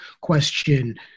question